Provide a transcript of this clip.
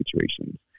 situations